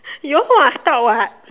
you also must talk [what]